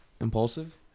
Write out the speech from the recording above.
Impulsive